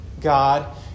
God